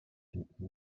hinten